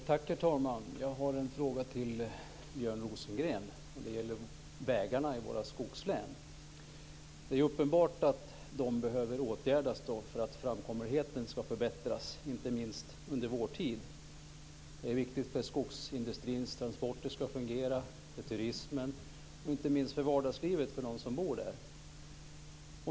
Herr talman! Jag har en fråga till Björn Rosengren. Det gäller vägarna i våra skogslän. Det är uppenbart att de behöver åtgärdas för att framkomligheten ska förbättras, inte minst under vårtid. Det är viktigt för att skogsindustrins transporter ska fungera, för turismen och inte minst för vardagslivet för dem som bor där.